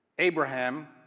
Abraham